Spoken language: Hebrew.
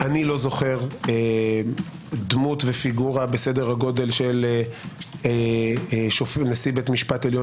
אני לא זוכר דמות בסדר גודל של נשיא בית משפט עליון